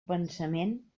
pensament